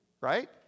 right